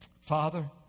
Father